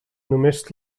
només